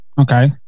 okay